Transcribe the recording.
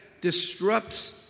disrupts